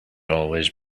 always